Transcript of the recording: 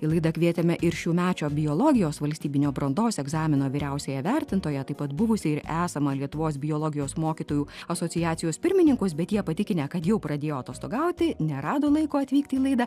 į laidą kvietėme ir šiųmečio biologijos valstybinio brandos egzamino vyriausiąją vertintoją taip pat buvusią ir esamą lietuvos biologijos mokytojų asociacijos pirmininkas bet jie patikinę kad jau pradėjo atostogauti nerado laiko atvykti į laidą